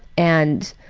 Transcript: and,